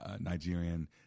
Nigerian